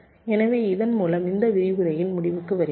எனவே இதன் மூலம் இந்த விரிவுரையின் முடிவுக்கு வருகிறோம்